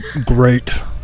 great